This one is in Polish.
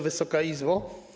Wysoka Izbo!